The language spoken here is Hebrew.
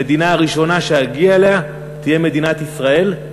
המדינה הראשונה שאגיע אליה תהיה מדינת ישראל.